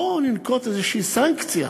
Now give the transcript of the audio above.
בואו ננקוט איזושהי סנקציה,